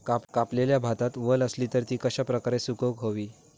कापलेल्या भातात वल आसली तर ती कश्या प्रकारे सुकौक होई?